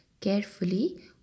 carefully